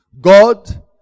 God